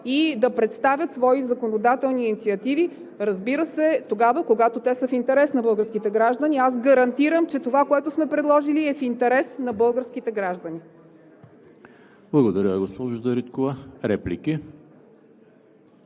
и да представят свои законодателни инициативи – разбира се, тогава, когато те са в интерес на българските граждани. Аз гарантирам, че това, което сме предложили, е в интерес на българските граждани. ПРЕДСЕДАТЕЛ ЕМИЛ ХРИСТОВ: Благодаря, госпожо Дариткова. Реплики?